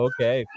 Okay